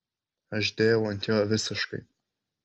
aš dėjau ant jo visiškai